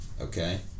Okay